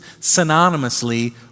synonymously